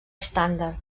estàndard